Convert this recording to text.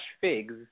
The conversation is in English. figs